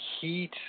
heat